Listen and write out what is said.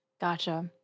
Gotcha